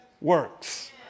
works